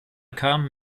kam